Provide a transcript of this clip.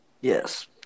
Yes